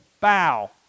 bow